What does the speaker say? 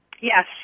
Yes